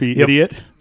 idiot